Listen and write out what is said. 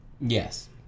Yes